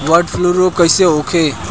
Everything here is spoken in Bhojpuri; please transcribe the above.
बर्ड फ्लू रोग कईसे होखे?